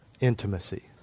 intimacy